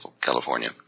California